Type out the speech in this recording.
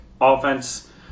offense